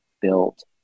built